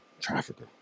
trafficker